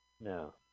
No